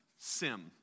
Sim